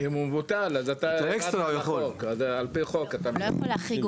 הוא לא יכול להחריג